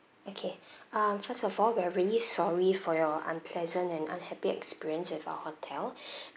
okay um first of all we're really sorry for your unpleasant and unhappy experience with our hotel